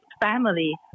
family